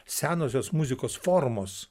senosios muzikos formos